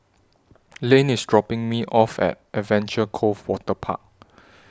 Lane IS dropping Me off At Adventure Cove Waterpark